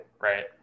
right